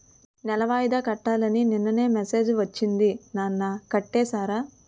నెల వాయిదా కట్టాలని నిన్ననే మెసేజ్ ఒచ్చింది నాన్న కట్టేసారా?